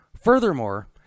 Furthermore